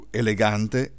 elegante